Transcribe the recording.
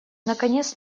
наконец